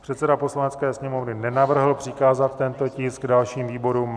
Předseda Poslanecké sněmovny nenavrhl přikázat tento tisk dalším výborům.